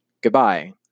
Goodbye